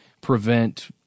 prevent